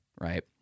right